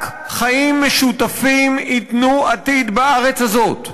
רק חיים משותפים ייתנו עתיד בארץ הזאת,